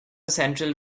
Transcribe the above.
central